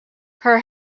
her